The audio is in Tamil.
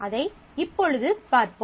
அதை இப்பொழுது பார்ப்போம்